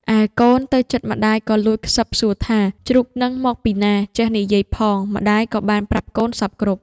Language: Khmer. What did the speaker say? ឯកូនទៅជិតម្ដាយក៏លួចខ្សឹបសួរថា ជ្រូកហ្នឹងមកពីណា ចេះនិយាយផង? ម្ដាយក៏បានប្រាប់កូនសព្វគ្រប់។